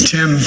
Tim